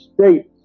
states